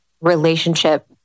relationship-